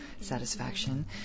satisfaction